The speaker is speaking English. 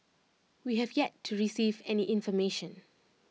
we have yet to receive any information